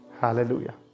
hallelujah